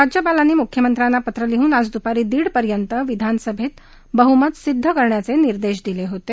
राज्यपालांनी मुख्यमंत्र्यांना पत्र लिहन आज दुपारी दीडपर्यंत विधानसभेत बह्मत सिद्ध करण्याचे निर्देश दिले होते